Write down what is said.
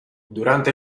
durante